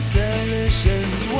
solutions